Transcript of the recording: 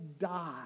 die